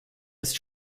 ist